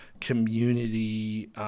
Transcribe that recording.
community